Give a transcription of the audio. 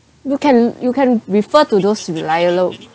you can you can refer to those reliable